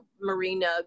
Marina